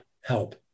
help